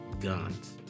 guns